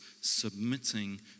submitting